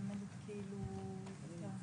למנהלים שמאפשרים חשיבה איך הם רוצים